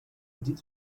did